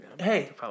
Hey